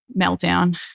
meltdown